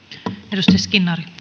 arvoisa